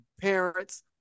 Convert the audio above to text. parents